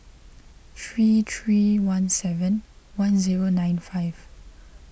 three three one seven one zero nine five